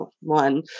one